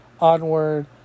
Onward